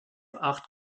acht